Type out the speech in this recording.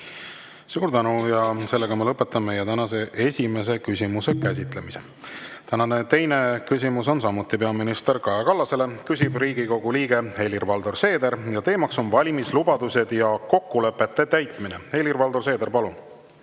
Suur tänu! Lõpetan meie tänase esimese küsimuse käsitlemise. Tänane teine küsimus on samuti peaminister Kaja Kallasele, küsib Riigikogu liige Helir-Valdor Seeder ning teema on valimislubadused ja kokkulepete täitmine. Helir-Valdor Seeder, palun!